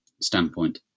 standpoint